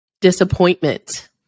disappointment